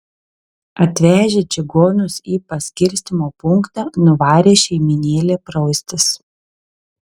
atvežę čigonus į paskirstymo punktą nuvarė šeimynėlę praustis